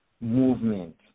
movement